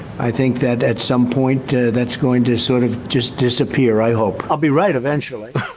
i think that at some point that's going to sort of just disappear, i hope. i'll be right eventually.